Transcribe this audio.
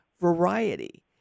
variety